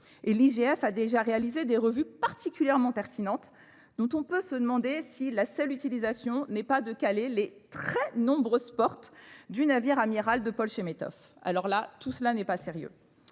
l'IGF a déjà réalisé des revues particulièrement pertinentes, dont on peut se demander si la seule utilisation n'est pas de caler les très nombreuses portes du navire amiral de Paul Chemetov. Alors là, tout cela n'est pas sérieux.